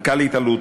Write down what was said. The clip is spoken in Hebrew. מנכ"לית אלו"ט,